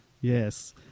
Yes